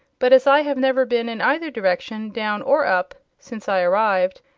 but as i have never been in either direction, down or up, since i arrived,